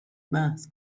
بحث